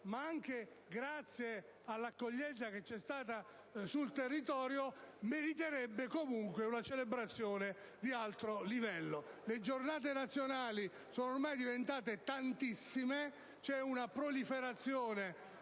ma anche grazie all'accoglienza ricevuta sul territorio - meriterebbe comunque una celebrazione di altro livello. Le giornate nazionali sono oramai diventate tantissime. Si assiste ad una proliferazione